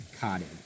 cottage